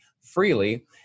freely